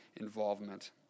involvement